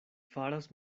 faras